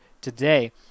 today